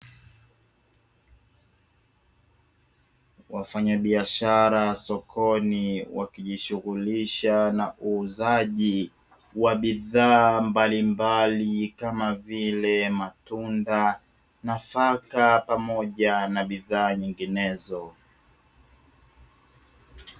Wafanyabiashara sokoni wakijishughulisha na uuzaji wa bidhaa mbalimbali kama vile: matunda, nafaka pamoja na bidhaa nyinginezo.